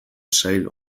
sail